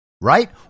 right